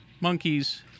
Monkeys